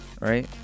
Right